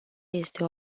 este